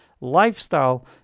lifestyle